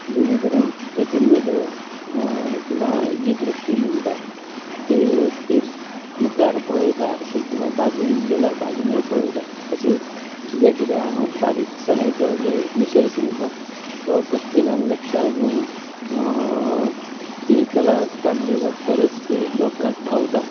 जेणे करून तेची नदर किंवां जी दृश्टी म्हणटा ती वेवस्थीत मुखार पळयता अशी किंवां बाजून गेल्यार बाजुनूय पळयता अशी जे कितें हांव बारीकसाणेचो जे विशय सांगता तो प्रत्येकान लक्षांत घेवन ती कला काडली जाल्यार तरच ती लोकांक भावता